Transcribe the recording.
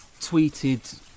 tweeted